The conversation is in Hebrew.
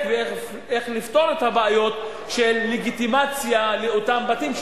ואיך לפתור את הבעיות של לגיטימציה לאותם בתים,